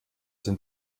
sind